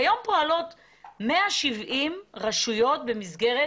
כיום פועלות 170 רשויות במסגרת